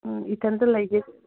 ꯏꯊꯟꯇ ꯂꯩꯒꯦ